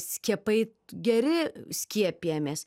skiepai geri skiepijamės